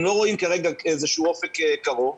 הם לא רואים כרגע אופק קרוב,